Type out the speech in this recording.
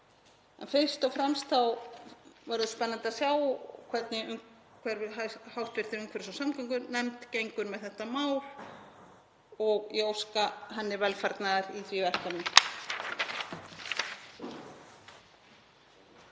En fyrst og fremst verður spennandi að sjá hvernig hv. umhverfis- og samgöngunefnd gengur með þetta mál og ég óska henni velfarnaðar í því verkefni.